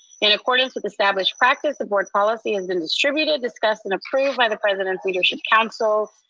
in accordance with established practice, the board policy has been distributed, discussed, and approved by the president's leadership council.